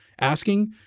asking